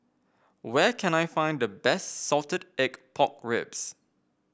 where can I find the best Salted Egg Pork Ribs